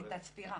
את הספירה